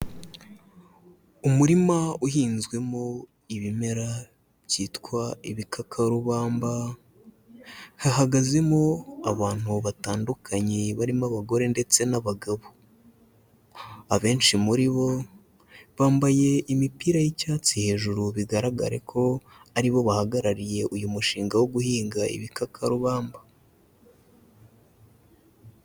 Umurima uhinzwemo ibimera byitwa ibikakarubamba, hahagazemo abantu batandukanye barimo abagore ndetse n'abagabo, abenshi muri bo bambaye imipira y'icyatsi hejuru bigaragare ko aribo bahagarariye uyu mushinga wo guhinga ibikakarubamba.